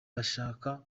bashaka